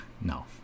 No